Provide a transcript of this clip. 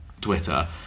Twitter